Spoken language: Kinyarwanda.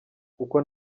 kuko